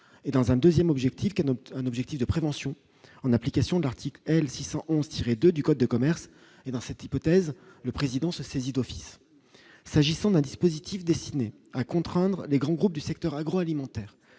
et dans un 2ème objectif, un objectif de prévention, en application de l'article L 611 tirs, 2 du code de commerce et dans cette hypothèse, le président se saisi d'office s'agissant d'un dispositif destiné à contraindre les grands groupes du secteur agroalimentaire